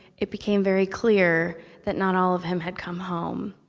it became very clear that not all of him had come home.